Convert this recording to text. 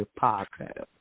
podcast